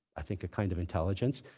i think, a kind of intelligence.